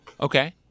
okay